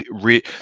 re